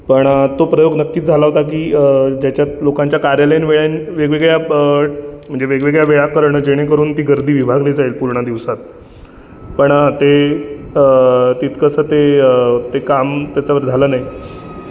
पण तो प्रयोग नक्कीच झाला होता की ज्याच्यात लोकांच्या कार्यालयीन वेळेन् वेगवेगळ्या बट म्हणजे वेगवेगळ्या वेळा करणं जेणेकरून ती गर्दी विभागली जाईल पूर्ण दिवसात पण ते तितकंसं ते ते काम त्याच्यावर झालं नाही